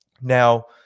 Now